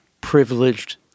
privileged